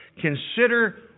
Consider